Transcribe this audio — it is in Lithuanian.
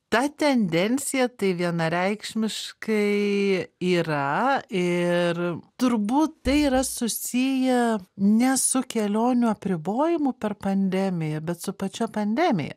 ta tendencija tai vienareikšmiškai yra ir turbūt tai yra susiję ne su kelionių apribojimu per pandemiją bet su pačia pandemija